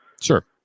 Sure